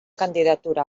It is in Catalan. candidatura